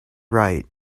right